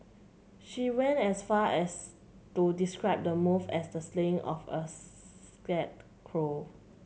she went as far as to describe the move as the slaying of a sacred cow